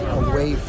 away